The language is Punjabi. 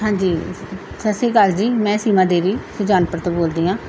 ਹਾਂਜੀ ਸਤਿ ਸ਼੍ਰੀ ਅਕਾਲ ਜੀ ਮੈਂ ਸੀਮਾ ਦੇਵੀ ਸੁਜਾਨਪੁਰ ਤੋਂ ਬੋਲਦੀ ਹਾਂ